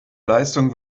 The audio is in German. leistung